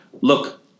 Look